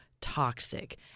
toxic